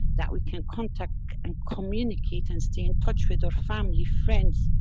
that we can contact and communicate and stay in touch with our family, friends.